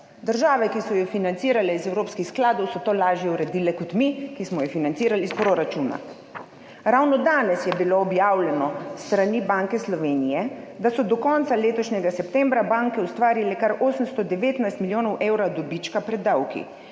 Države, ki so jo financirale iz evropskih skladov, so to lažje uredile kot mi, ki smo jo financirali iz proračuna. Ravno danes je bilo objavljeno s strani Banke Slovenije, da so do konca letošnjega septembra banke ustvarile kar 819 milijonov evrov dobička pred davki,